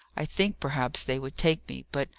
i think perhaps they would take me but,